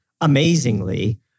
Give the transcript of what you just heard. amazingly